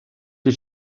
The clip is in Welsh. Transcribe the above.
wyt